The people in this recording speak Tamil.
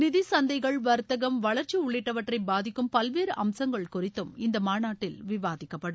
நிதி சந்தைகள் வர்த்தகம் வளர்ச்சி உள்ளிட்டவற்றை பாதிக்கும் பல்வேறு அம்சங்கள் குறித்தும் இந்த மாநாட்டில் விவாதிக்கப்படும்